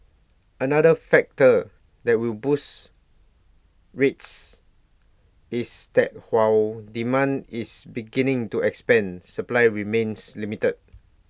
another factor that will boost rents is that while demand is beginning to expand supply remains limited